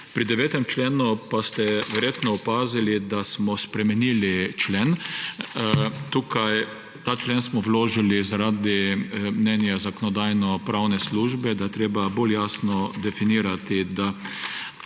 Pri 9. členu pa ste verjetno opazili, da smo spremenili člen. Ta člen smo vložili zaradi mnenja Zakonodajno-pravne službe, da je treba bolj jasno definirati, kaj